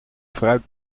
fruit